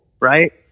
right